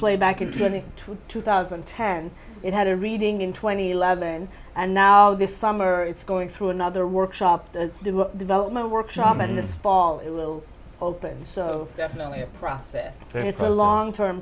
play back in twenty two two thousand and ten it had a reading in twenty eleven and now this summer it's going through another workshop the development workshop and this fall it will open so definitely a process where it's a long term